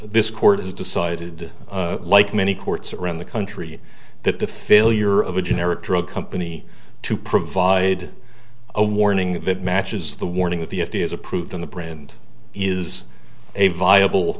this court has decided like many courts around the country that the failure of a generic drug company to provide a warning that matches the warning that the f d a has approved in the brand is a viable